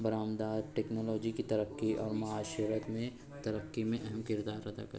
برآمدات ٹیکنالوجی کی ترقی اور معاشرت میں ترقی میں اہم کردار ادا کر